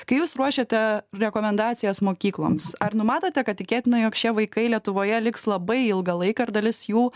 kai jūs ruošiate rekomendacijas mokykloms ar numatote kad tikėtina jog šie vaikai lietuvoje liks labai ilgą laiką ir dalis jų